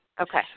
Okay